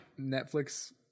Netflix